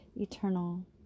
eternal